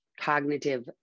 cognitive